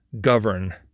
govern